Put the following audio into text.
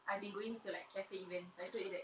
I've been going to like cafe events I told you that